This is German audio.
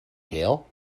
her